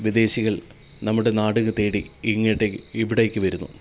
വിദേശികൾ നമ്മുടെ നാടിനെ തേടി ഇങ്ങടേക്ക് ഇവിടേക്ക് വരുന്നു